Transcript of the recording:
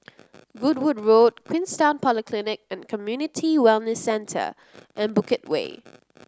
Goodwood Road Queenstown Polyclinic and Community Wellness Centre and Bukit Way